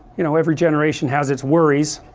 you know every generation has its worries